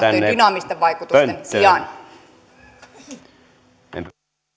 dynaamisten vaikutusten sijaan